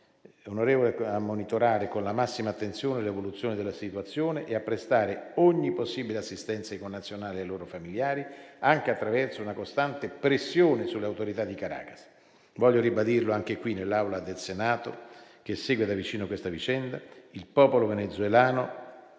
Continuiamo a monitorare con la massima attenzione l'evoluzione della situazione e a prestare ogni possibile assistenza ai connazionali e ai loro familiari, anche attraverso una costante pressione sulle autorità di Caracas. Voglio ribadirlo anche qui nell'Aula del Senato, che segue da vicino questa vicenda: il popolo venezuelano,